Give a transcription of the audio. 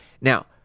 Now